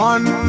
One